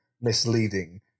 misleading